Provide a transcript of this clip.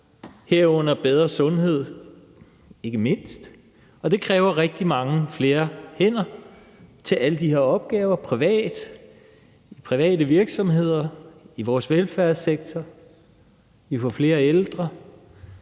mindst bedre sundhed. Det kræver rigtig mange flere hænder til alle de her opgaver – i private virksomheder og i vores velfærdssektor. Og vi får flere ældre,